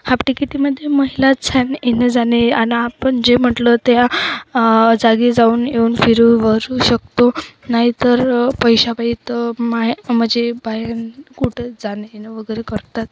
half टिकिटीमध्ये महिला छान येणं जाणे आणि आपण जे म्हटलं त्या जागी जाऊन येऊन फिरू वरू शकतो नाही तर पैशापायी तर माय म्हणजे बाहेर कुठं जाणे येणे वगैरे करतात